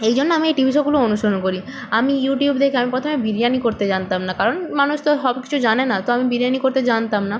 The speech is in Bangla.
এই জন্য আমি এই টিভি শোগুলো অনুসরণ করি আমি ইউটিউব দেখে আমি প্রথমে বিরিয়ানি করতে জানতাম না কারণ মানুষ তো সব কিছু জানে না তো আমি বিরিয়ানি করতে জানতাম না